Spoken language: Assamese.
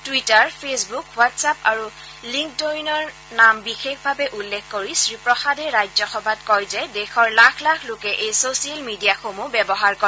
টুইটাৰ ফেচবুক ৱাট্ছআপ আৰু লিংক্ডইনৰ নাম বিশেষভাৱে উল্লেখ কৰি শ্ৰীপ্ৰসাদে ৰাজ্যসভাত কয় যে দেশৰ লাখ লাখ লোকে এই ছচিয়েল মিডিয়াসমূহ ব্যৱহাৰ কৰে